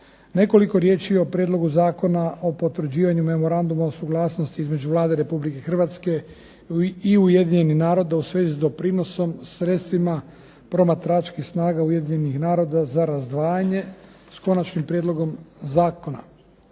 Nekoliko riječi i o Prijedlogu zakona o potvrđivanju Memoranduma o suglasnosti između Vlade Republike Hrvatske i Ujedinjenih naroda u svezi s doprinosom sredstvima promatračkih snaga Ujedinjenih naroda za razdvajanje s konačnim prijedlogom zakona.